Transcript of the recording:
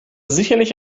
sicherlich